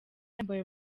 yambaye